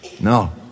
No